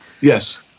Yes